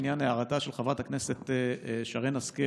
לעניין הערתה של חברת הכנסת שרן השכל